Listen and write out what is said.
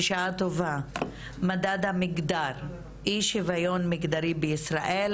בשעה טובה מדד המגדר- אי שוויון מגדרי בישראל